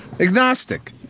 Agnostic